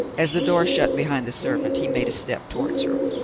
as the door shut behind the servant he made a step towards her.